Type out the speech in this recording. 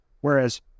whereas